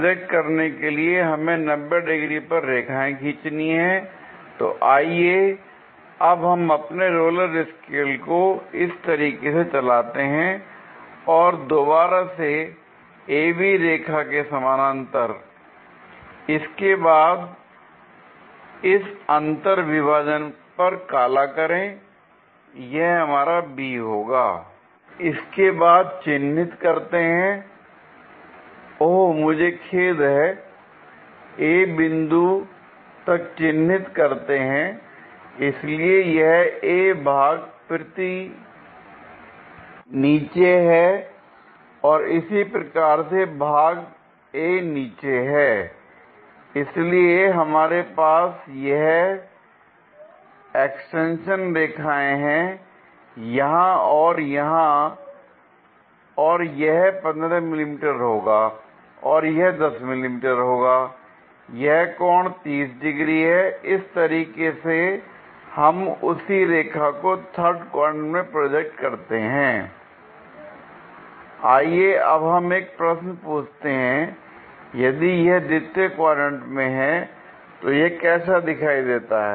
project करने के लिए हमें 90 डिग्री पर रेखाएं खींचने हैं l तो आइए अब हम अपने रोलर स्केल को इस तरीके से चलाते हैं और दोबारा से a b रेखा के समानांतर l इसके बाद इस अंतर विभाजन पर काला करें यह हमारा b होगा l इसके बाद चिन्हित करते हैं ओह मुझे खेद है a बिंदु तक चिन्हित करते हैं l इसलिए यह A भाग तक नीचे है l और इसी प्रकार से भाग A नीचे है l इसलिए हमारे पास यह है एक्सटेंशन रेखाएं हैं यहां और यहां और यह 15 मिली मीटर होगा और यह 10 मिली मीटर होगा l यह कोण 30 डिग्री है l इस तरीके से हम उसी रेखा को थर्ड क्वाड्रेंट में प्रोजेक्ट करते हैं l आइए अब हम एक प्रश्न पूछते हैं यदि यह द्वितीय क्वाड्रेंट में है तो यह कैसा दिखाई देता है